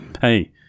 hey